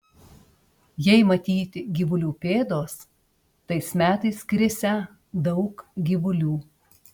jei matyti gyvulių pėdos tais metais krisią daug gyvulių